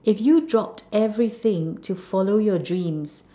if you dropped everything to follow your dreams